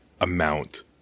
amount